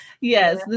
Yes